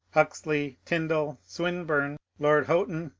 huxley, tyndall, swinburne, lord houghton,